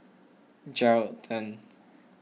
Geraldton